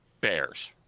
bears